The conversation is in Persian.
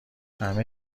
همه